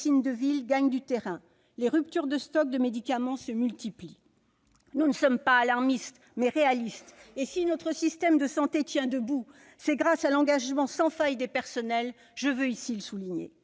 de ville gagnent du terrain. Les ruptures de stock de médicaments se multiplient ... Nous ne sommes pas alarmistes, mais réalistes. Si notre système de santé tient debout, c'est grâce à l'engagement sans faille des personnels. Je veux ici le souligner.